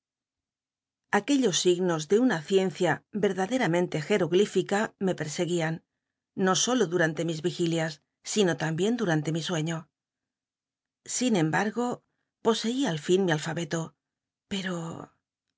aquellos signos de una ciencia crdadcramenle gcroglíflca me perseguían no solo durante mis vi anle mi sueño sin embargo poscia al lln mi alfabeto pero